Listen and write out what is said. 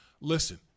listen